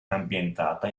ambientata